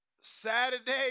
Saturday